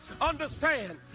understand